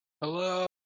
Hello